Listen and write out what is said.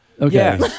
Okay